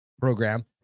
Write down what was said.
Program